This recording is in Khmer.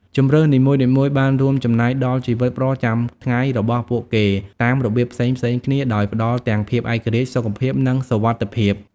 ជម្រើសនីមួយៗបានរួមចំណែកដល់ជីវិតប្រចាំថ្ងៃរបស់ពួកគេតាមរបៀបផ្សេងៗគ្នា ដោយផ្តល់ទាំងភាពឯករាជ្យ សុខភាព និងសុវត្ថិភាព។